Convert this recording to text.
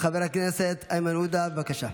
חבר הכנסת איימן עודה, בבקשה.